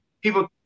people